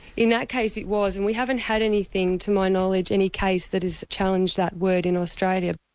in that case it was. and we haven't had anything, to my knowledge, any case that has challenged that word in australia.